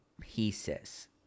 pieces